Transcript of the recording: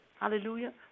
Hallelujah